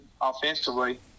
offensively